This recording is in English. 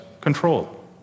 control